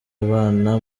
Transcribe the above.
abana